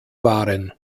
waren